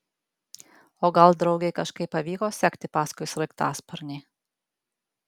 o gal draugei kažkaip pavyko sekti paskui sraigtasparnį